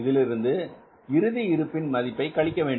இதிலிருந்து இறுதி இருப்பின் மதிப்பை கழிக்கவேண்டும்